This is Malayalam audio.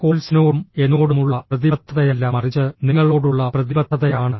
കോഴ്സിനോടും എന്നോടുമുള്ള പ്രതിബദ്ധതയല്ല മറിച്ച് നിങ്ങളോടുള്ള പ്രതിബദ്ധതയാണ്